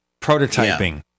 prototyping